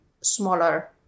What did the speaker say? smaller